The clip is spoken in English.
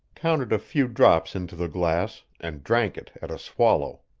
counted a few drops into the glass, and drank it at a swallow.